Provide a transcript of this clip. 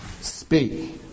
Speak